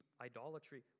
idolatry